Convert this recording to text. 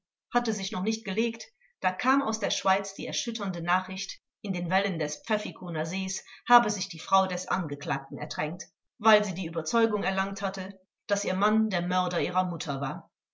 hatte sich noch nicht gelegt da kam aus der schweiz die erschütternde nachricht in den wellen des pfäffikoner sees habe sich die frau des angeklagten ertränkt weil sie die überzeugung erlangt hatte daß ihr mann der mörder ihrer mutter war